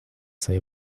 свои